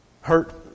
Hurt